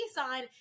on